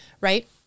right